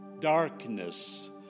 Darkness